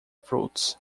fruits